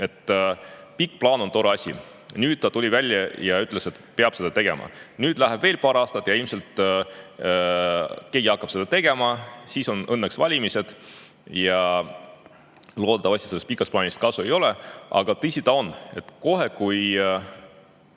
et pikk plaan on tore asi. Nüüd tuli ta välja ja ütles, et seda peab tegema. Läheb veel paar aastat ja ilmselt hakkabki keegi seda tegema, siis on õnneks valimised ja loodetavasti sellest pikast plaanist kasu ei ole. Aga tõsi ta on, kohe, kui